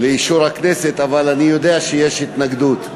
לאישור הכנסת, אבל אני יודע שיש התנגדות.